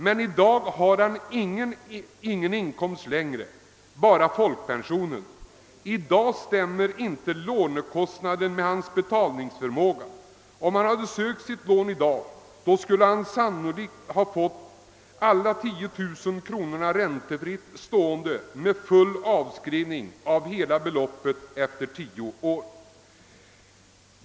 Men i dag har han inte längre annan inkomst än folkpensionen, och nu stämmer inte lånekostnaden längre med hans betalningsförmåga. Om han hade sökt sitt lån i dag skulle han sannolikt ha fått hela beloppet, 10 000 kronor, räntefritt och med full avskrivning av hela summan efter tio år.